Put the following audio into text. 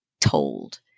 told